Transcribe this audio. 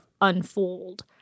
unfold